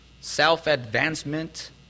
self-advancement